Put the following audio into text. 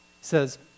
says